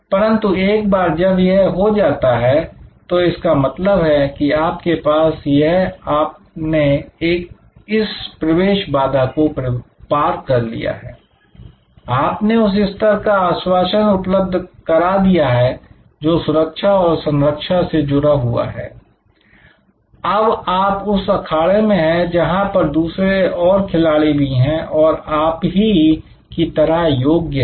परंतु एक बार जब यह हो जाता है तो इसका मतलब कि आपके पास यह आपने इस प्रवेश बाधा को पार कर लिया है आपने उस स्तर का आश्वासन उपलब्ध करा दिया है जो सुरक्षा और संरक्षा से जुड़ा हुआ है अब आप उस अखाड़े में हैं जहां पर दूसरे और खिलाड़ी भी हैं और आपकी ही तरह योग्य हैं